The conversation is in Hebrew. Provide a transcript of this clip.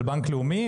של בנק לאומי,